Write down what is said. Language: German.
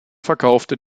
verkaufte